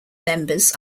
members